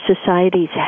societies